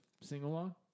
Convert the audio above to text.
sing-along